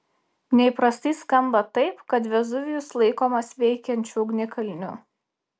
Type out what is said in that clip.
neįprastai skamba tai kad vezuvijus laikomas veikiančiu ugnikalniu